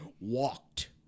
walked